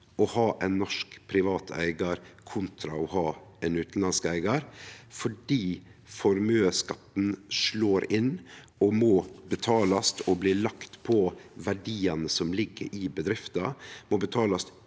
å ha ein norsk privat eigar kontra å ha ein utanlandsk eigar, fordi formuesskatten slår inn og må betalast. Han blir lagd på verdiane som ligg i bedrifta, må betalast